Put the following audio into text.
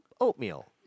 oatmeal